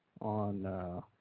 on